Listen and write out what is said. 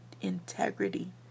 integrity